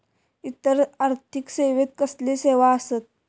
इतर आर्थिक सेवेत कसले सेवा आसत?